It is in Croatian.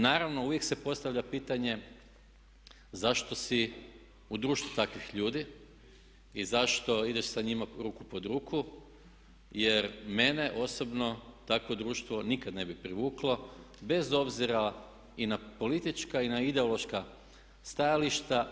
Naravno uvijek se postavlja pitanje zašto si u društvu takvih ljudi i zašto ideš sa njima ruku pod ruku jer mene osobno takvo društvo nikad ne bi privuklo bez obzira i na politička i na ideološka stajališta.